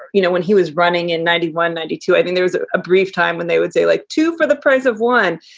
you know, when he was running in ninety one, ninety two, i think there was a brief time when they would say like two for the price of one.